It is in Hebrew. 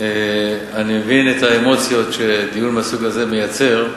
אני מבין את האמוציות שדיון מהסוג הזה מייצר,